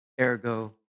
ergo